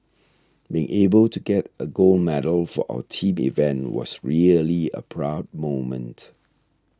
being able to get a gold medal for our team event was really a proud moment